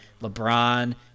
LeBron